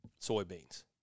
soybeans